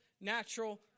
natural